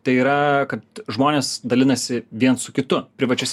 tai yra kad žmonės dalinasi vien su kitu privačiose